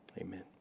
Amen